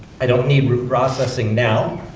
i don't need reprocessing now.